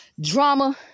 drama